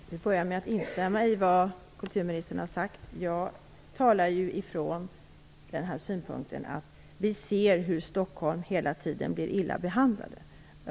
Fru talman! Jag börjar med att instämma i vad kulturministern har sagt. Jag talar från den utgångspunkten att vi ser hur Stockholm hela tiden blir illa behandlat.